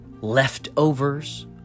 Leftovers